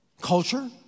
Culture